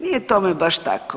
Nije tome baš tako.